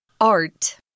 Art